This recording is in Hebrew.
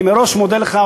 אני מראש מודה לך,